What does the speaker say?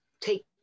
take